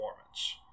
performance